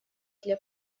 для